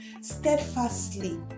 steadfastly